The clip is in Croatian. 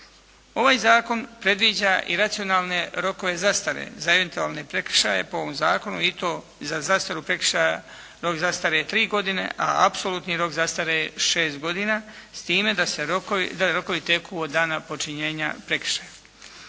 Ovaj zakon predviđa i racionalne rokove zastare za eventualne prekršaje po ovom zakone i to za zastaru prekršaja rok zastare je tri godine, a apsolutni rok zastare je šest godina s time da rokovi teku od dana počinjenja prekršaja.